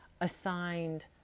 assigned